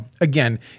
Again